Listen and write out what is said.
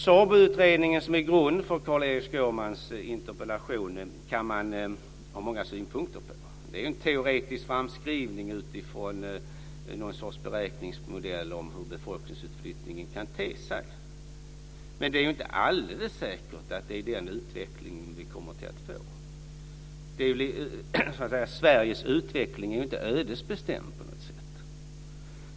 SABO:s utredning, som är grund för Skårmans interpellation, kan man ha många synpunkter på. Det är en teoretisk framskrivning utifrån någon sorts beräkningsmodell för hur en befolkningsflyttning kan te sig. Det är inte alldeles säkert att det är den utveckling som vi kommer att få. Sveriges utveckling är inte ödesbestämd på något sätt.